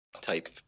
type